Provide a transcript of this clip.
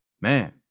man